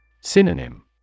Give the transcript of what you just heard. Synonym